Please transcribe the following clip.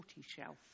shelf